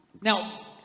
Now